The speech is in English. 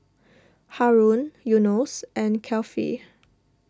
Haron Yunos and Kefli